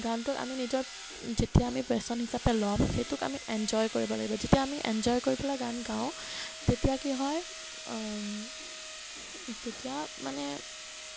গানটোক আমি নিজৰ যেতিয়া আমি পেশ্যন হিচাপে ল'ম সেইটোক আমি এঞ্জয় কৰিব লাগিব যেতিয়া আমি এঞ্জয় কৰি পেলাই গান গাওঁ তেতিয়া কি হয় তেতিয়া মানে